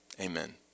Amen